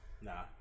Nah